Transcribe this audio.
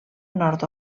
nord